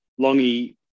Longy